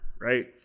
right